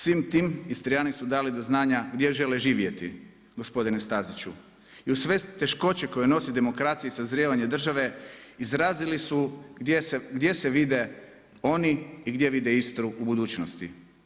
Svim tim Istrijani su dali do znanja gdje žele živjeti gospodine Staziću i uz sve teškoće koje nosi demokracija i sazrijevanje države izrazili su gdje se vide oni i gdje vide Istru u budućnosti.